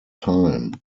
time